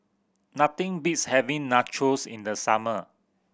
nothing beats having Nachos in the summer